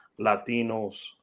Latinos